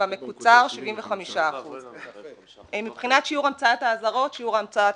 במקוצר 75%. מבחינת שיעור המצאת האזהרות --- רגע,